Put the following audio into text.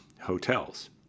Hotels